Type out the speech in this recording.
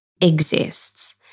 exists